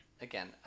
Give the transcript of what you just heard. Again